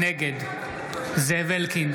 נגד זאב אלקין,